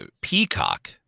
Peacock